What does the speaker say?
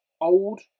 old